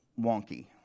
wonky